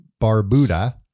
Barbuda